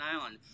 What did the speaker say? Island